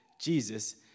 Jesus